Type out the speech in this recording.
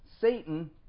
Satan